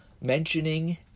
mentioning